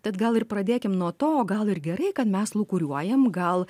tad gal ir pradėkim nuo to gal ir gerai kad mes lūkuriuojam gal